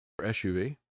SUV